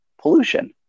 pollution